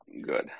Good